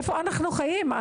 איפה אנחנו חיים?